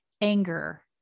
anger